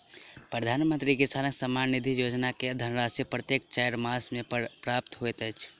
प्रधानमंत्री किसान सम्मान निधि योजना के धनराशि प्रत्येक चाइर मास मे प्राप्त होइत अछि